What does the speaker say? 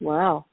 Wow